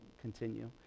continue